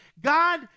God